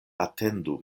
atendu